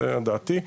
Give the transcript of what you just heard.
זו דעתי.